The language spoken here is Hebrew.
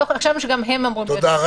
תודה.